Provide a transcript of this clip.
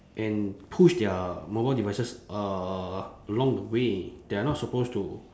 and push their mobile devices uh along the way they are not supposed to